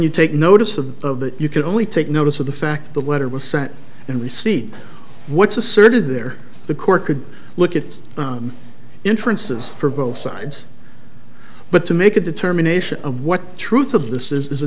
you take notice of of that you can only take notice of the fact that the letter was sent and we see what's asserted there the court could look at its intrinsic is for both sides but to make a determination of what truth of this is is a